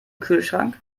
kühlschrank